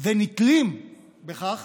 ונתלים לכך